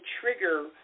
trigger